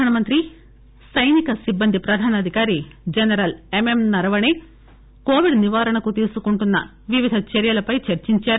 ప్రధానమంత్రి సైనిక సిబ్బంది ప్రధానాధికారి జనరల్ ఎంఎం నరవణే కోవిడ్ నివారణకు తీసుకుంటున్స వివిధ చర్యలపై చర్చించారు